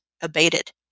abated